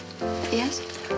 Yes